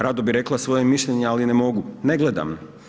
Rado bi rekla svoje mišljenje ali ne mogu ne gledam.